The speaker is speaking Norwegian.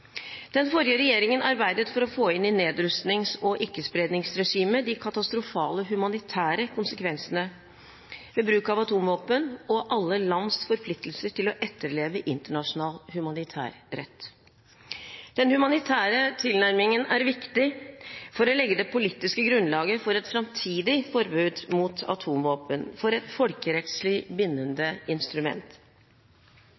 Den forrige regjeringen arbeidet for å få inn i nedrustnings- og ikkespredningsregimet de katastrofale humanitære konsekvensene ved bruk av atomvåpen og alle lands forpliktelser til å etterleve internasjonal humanitærrett. Den humanitære tilnærmingen er viktig for å legge det politiske grunnlaget for et framtidig forbud mot atomvåpen for et folkerettslig bindende